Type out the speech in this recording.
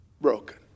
broken